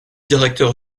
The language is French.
directeur